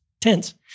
Tense